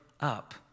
up